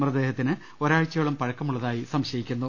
മൃതദേഹത്തിന് ഒരാഴ്ചയോളം പഴക്കമുള്ളതായി സംശയിക്കുന്നു